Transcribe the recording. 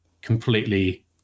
completely